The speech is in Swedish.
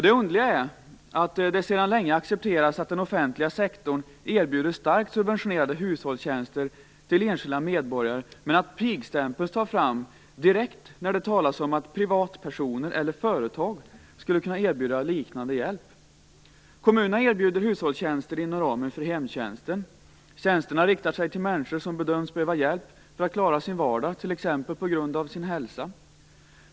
Det underliga är att det sedan länge accepteras att den offentliga sektorn erbjuder starkt subventionerade hushållstjänster till enskilda medborgare medan pigstämpeln tas fram så fort det talas om att privatpersoner eller företag skulle kunna erbjuda liknande hjälp. Kommunerna erbjuder hushållstjänster inom ramen för hemtjänsten. Tjänsterna riktar sig till människor som bedöms behöva hjälp för att klara sin vardag, t.ex. på grund av sin hälsa.